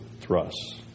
thrusts